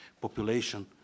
population